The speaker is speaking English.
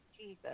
jesus